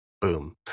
Boom